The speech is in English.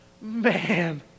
man